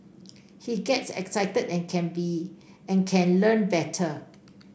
he gets excited and can be and can learn better